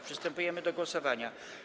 Przystępujemy do głosowania.